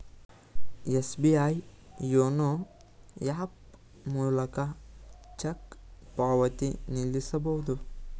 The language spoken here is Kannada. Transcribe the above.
ಎಸ್.ಬಿ.ಐ ಯೋನೋ ಹ್ಯಾಪ್ ಮೂಲಕ ಚೆಕ್ ಪಾವತಿ ನಿಲ್ಲಿಸಬಹುದು